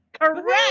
Correct